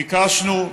ביקשנו,